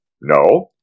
No